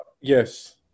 yes